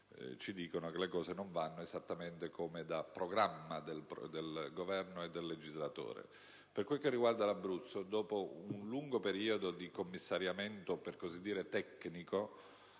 ci dicono che le cose non vanno esattamente come da programma del Governo e del legislatore. Per quel che riguarda l'Abruzzo, dopo un lungo periodo di commissariamento, per così dire tecnico,